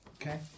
Okay